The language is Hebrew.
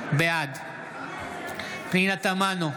בעד פנינה תמנו,